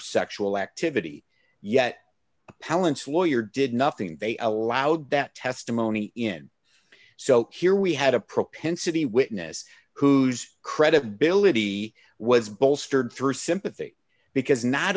sexual activity yet palance lawyer did nothing they allowed that testimony in so here we had a propensity witness whose credibility was bolstered through sympathy because not